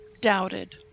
doubted